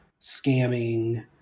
scamming